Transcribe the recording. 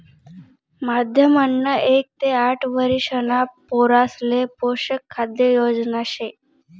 माध्यम अन्न एक ते आठ वरिषणा पोरासले पोषक खाद्य योजना शे